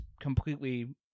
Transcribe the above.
completely